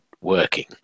working